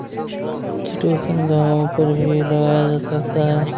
chitosan घावों पर भी लगाया जा सकता है